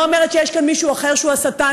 אני לא אומרת שיש כאן מישהו אחר שהוא השטן.